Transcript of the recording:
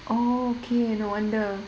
oh okay no wonder